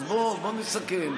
בוא נסכם.